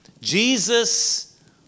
Jesus